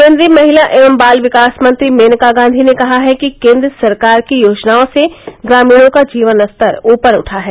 केन्द्रीय महिला एवं बाल विकास मंत्री मेनका गांधी ने कहा है कि केन्द्र सरकार की योजनाओं से ग्रामीणों का जीवन स्तर ऊपर उठा है